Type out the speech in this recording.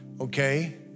okay